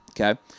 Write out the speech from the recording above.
Okay